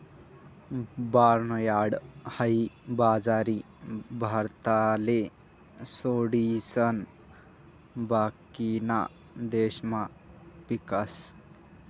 barnyard हाई बाजरी भारतले सोडिसन बाकीना देशमा पीकस